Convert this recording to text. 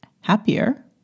happier